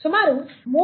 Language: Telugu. సుమారు 3